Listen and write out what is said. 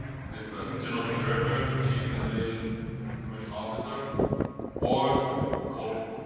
is it a general director, the chief innovation information officer or covid,